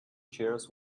chairs